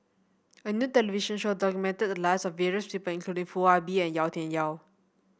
a new television show documented the lives of various people including Foo Ah Bee and Yau Tian Yau